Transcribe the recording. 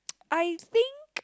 I think